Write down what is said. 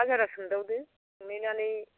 बाजाराव सोंदावदो सोंनायनानै